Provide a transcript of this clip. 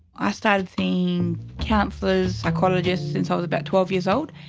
i started seeing counsellors, psychologists, since i was about twelve years old.